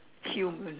human